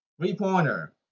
Three-pointer